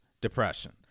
depression